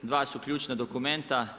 Dva su ključna dokumenta.